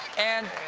and